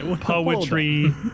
Poetry